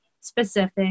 specific